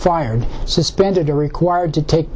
fired suspended or required to take